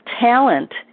talent